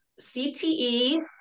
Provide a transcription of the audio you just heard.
CTE